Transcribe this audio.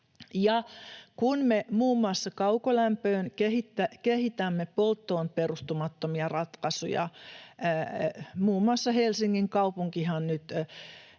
kun me muun muassa kaukolämpöön kehitämme polttoon perustumattomia ratkaisuja — muun muassa Helsingin kaupunkihan nyt